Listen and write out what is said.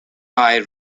eye